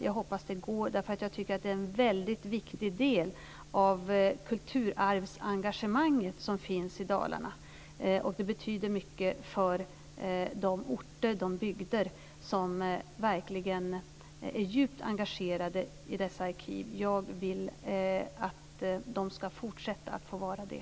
Jag hoppas att det går, därför att jag tycker att det är en mycket viktig del av kulturarvsengagemanget som finns i Dalarna. Det betyder mycket för de orter och bygder som verkligen är djupt engagerade i dessa arkiv. Jag vill att de ska få fortsätta att vara det.